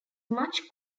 much